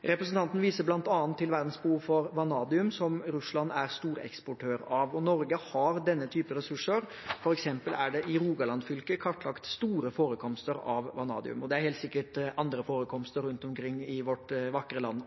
Representanten viser bl.a. til verdens behov for vanadium, som Russland er storeksportør av. Norge har denne type ressurser, f.eks. er det i Rogaland fylke kartlagt store forekomster av vanadium. Det er helt sikkert også andre forekomster rundt om i vårt vakre land.